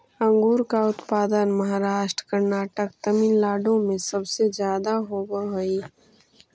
अंगूर का उत्पादन महाराष्ट्र, कर्नाटक, तमिलनाडु में सबसे ज्यादा होवअ हई